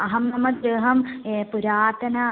अहं मम गृहं ए पुरातनम्